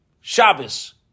Shabbos